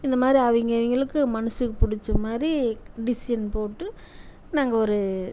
இந்த மாதிரி அவங்க அவங்களுக்கு மனசுக்கு பிடிச்ச மாதிரி டிசின் போட்டு நாங்கள் ஒரு